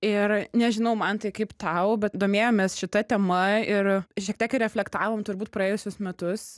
ir nežinau mantai kaip tau bet domėjomės šita tema ir šiek tiek ir reflektavom turbūt praėjusius metus